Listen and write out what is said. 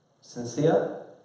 Sincere